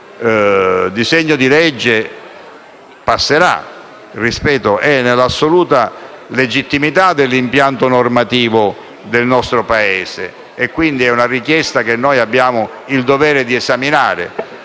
passerà. Ripeto, esso rientra nell'assoluta legittimità dell'impianto normativo del nostro Paese e, quindi, è una richiesta che abbiamo il dovere di esaminare.